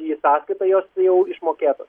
į sąskaitą jos jau išmokėtos